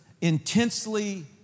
intensely